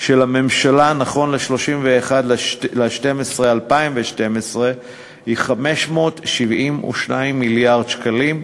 של הממשלה נכון ל-31 בדצמבר 2012 היא 572 מיליארד שקלים,